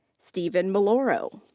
stephen miloro.